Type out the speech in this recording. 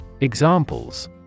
Examples